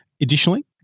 Additionally